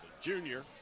junior